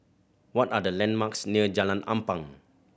what are the landmarks near Jalan Ampang